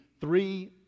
three